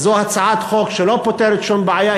זו הצעת חוק שלא פותרת שום בעיה,